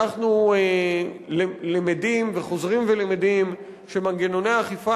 אנחנו למדים וחוזרים ולמדים שמנגנוני האכיפה